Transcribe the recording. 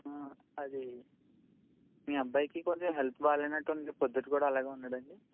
అది మీ అబ్బాయికి కొంచం హెల్త్ బాగాలేనట్టు ఉంది పొద్దుట కూడా అలానే ఉన్నాడా అండీ